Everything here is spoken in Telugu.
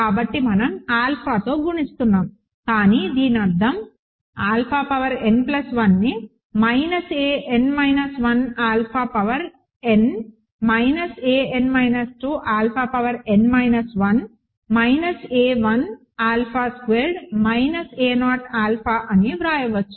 కాబట్టి మనం ఆల్ఫాతో గుణిస్తున్నాము కానీ దీని అర్థం ఆల్ఫా పవర్ n ప్లస్ 1ని minus a n 1 alpha power n a n 2 alpha power n 1 minus a 1 alpha squared minus a 0 alpha అని వ్రాయవచ్చు